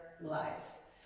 lives